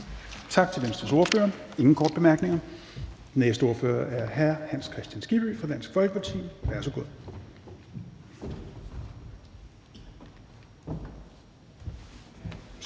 Tak til Venstres ordfører. Der er ingen korte bemærkninger. Den næste ordfører er hr. Hans Kristian Skibby fra Dansk Folkeparti. Værsgo.